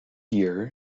year